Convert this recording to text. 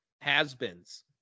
has-beens